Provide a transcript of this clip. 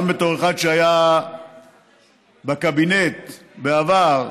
גם בתור אחד שהיה בקבינט בעבר,